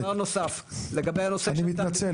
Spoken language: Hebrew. אי אפשר דבר נוסף אני מתנצל,